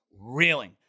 reeling